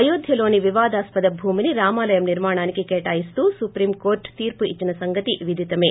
అయోధ్యలోని వివాదాస్పద భూమిని రామాలయం నిర్మాణానికి కేటాయిస్తూ సుప్రీంకోర్లు తీర్పుఇచ్చిన సంగతి విధిథిమే